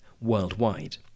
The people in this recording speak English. worldwide